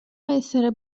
essere